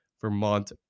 Vermont